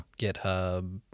github